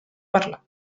parlar